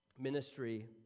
ministry